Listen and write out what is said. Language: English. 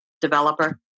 developer